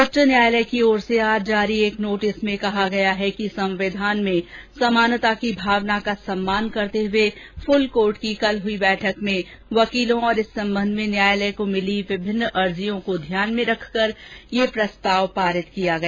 उच्च न्यायालय की ओर से आज जारी एक नोटिस में कहा गया है कि संविधान में समानता की भावना का सम्मान करते हुए फुल कोर्ट की कल हई बैठक में वकीलों और इस संबंध में न्यायालय को मिली विभिन्न अर्जियों को ध्यान में रखकर यह प्रस्ताव पारित किया गया